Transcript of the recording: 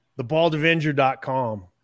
thebaldavenger.com